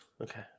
Okay